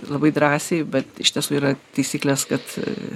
labai drąsiai bet iš tiesų yra taisyklės kad